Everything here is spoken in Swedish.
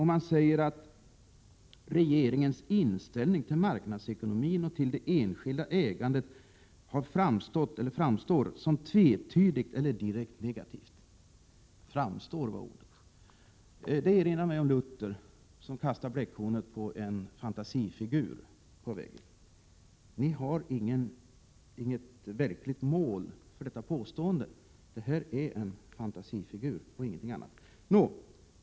Man säger att regeringens inställning till marknadsekonomin och till det enskilda ägandet framstår som tvetydig eller direkt negativ. ”Framstår” var ordet! Det påminner mig om Luther, som kastade bläckhornet på en fantasifigur Prot. 1987/88:115 på väggen. Ni har inget verkligt mål för detta påstående — det här är en fantasifigur och ingenting annat.